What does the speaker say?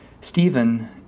Stephen